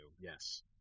yes